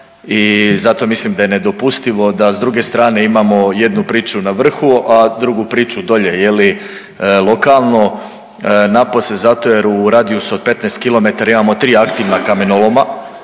I zato mislim da je nedopustivo da s druge strane imamo jednu priču na vrhu, a drugu priču dolje je li lokalno, napose zato jer u radijusu od 15km imamo tri aktivna kamenoloma,